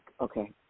okay